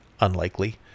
Unlikely